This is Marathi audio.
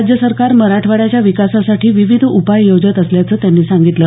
राज्य सरकार मराठवाड्याच्या विकासासाठी विविध उपाय योजत असल्याचं त्यांनी सांगितलं